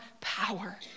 power